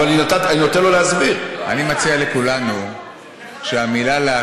אבל הוא מסביר מה הוא אמר.